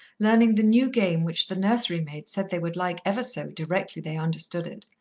learning the new game which the nursery-maid said they would like ever so, directly they understood it.